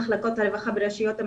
למחלקות הרווחה ברשויות,